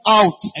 out